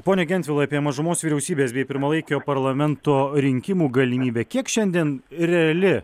pone gentvilai apie mažumos vyriausybės bei pirmalaikio parlamento rinkimų galimybę kiek šiandien reali